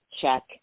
check